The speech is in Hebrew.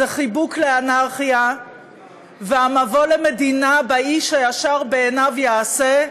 זה חיבוק לאנרכיה והמבוא למדינה שבה איש הישר בעיניו יעשה.